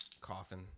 coffin